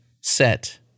set